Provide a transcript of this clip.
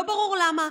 לא ברור למה.